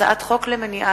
הצעת חוק למניעת